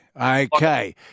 okay